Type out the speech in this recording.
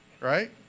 right